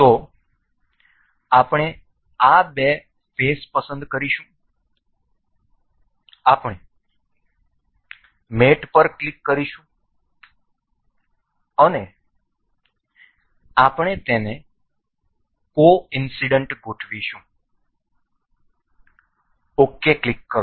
તેથી આપણે આ બે ફેસ પસંદ કરીશું આપણે મેટ પર ક્લિક કરીશું અને આપણે તેને કોઇન્સિડન્ટ ગોઠવીશું ક્લિક ok